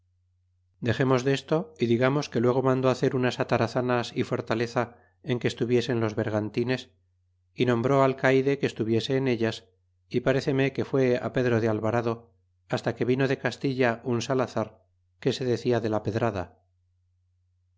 dexemos desto y digamos que luego mandó hacer unas atarazanas y fortaleza en que estuviesen los bergantines y nombró aleaide que estuviese en ellas y parecerme que fué pedro de alvarado hasta que vino de castilla un salazar que se decia de la pedrada